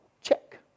check